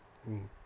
mm